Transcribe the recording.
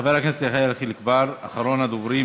חבר הכנסת יחיאל חיליק בר, אחרון הדוברים.